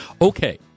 Okay